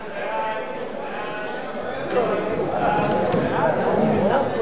סעיפים 1 6